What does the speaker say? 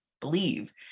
believe